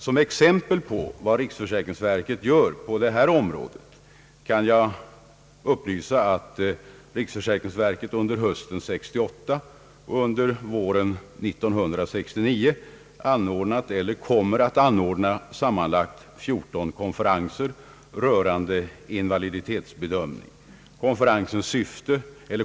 Som exempel på vad riksförsäkringsverket gör på detta område kan jag upplysa om att riksförsäkringsverket under hösten 1968 och under våren 1969 anordnat eller kommer att anordna sammanlagt 14 konferenser rörande invaliditetsbedömning.